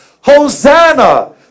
Hosanna